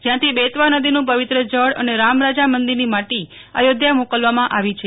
જયાંથી બેતવા નદીનું પવીત્ર જળ અને રામ રાજા મંદીરની માટી અયોધ્યા મોકલવામાં આવી છે